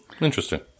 Interesting